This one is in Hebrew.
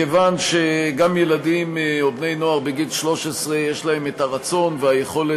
מכיוון שגם ילדים ובני-נוער בגיל 13 יש להם הרצון והיכולת,